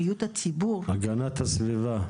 בריאות הציבור --- המשרד להגנת הסביבה,